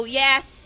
yes